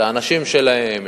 את האנשים שלהם,